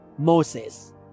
Moses